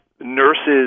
nurses